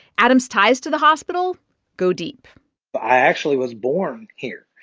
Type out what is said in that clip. adam's ties to the hospital go deep i actually was born here.